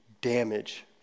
damage